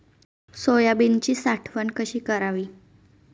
सोयाबीनची साठवण कशी करावी?